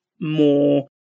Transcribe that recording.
more